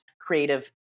creative